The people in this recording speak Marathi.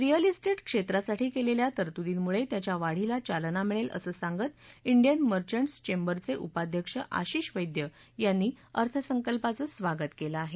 रिअल इस्टेट क्षेत्रासाठी केलेल्या तरतुर्दीमुळे त्याच्या वाढीला चालाना मिळेल असं सांगत इंडियन मर्घट्स चेंबरचे उपाध्यक्ष आशीष वैद्य यांनी अर्थसंकल्पाचं स्वागत केलं आहे